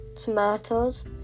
tomatoes